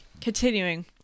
continuing